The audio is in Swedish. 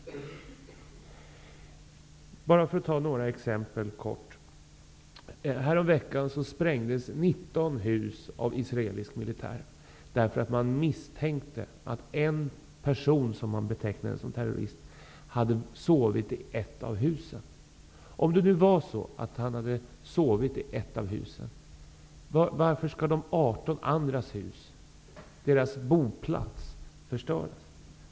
Jag skall kortfattat nämna några exempel. Häromveckan sprängdes nitton hus av israelisk militär därför att man misstänkte att en person som man betecknade som terrorist hade sovit i ett av husen. Om det nu var så att han hade sovit i ett av husen -- varför skulle då de arton andras hus, deras boplats, förstöras?